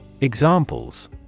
Examples